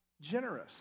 generous